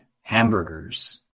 hamburgers